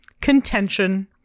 contention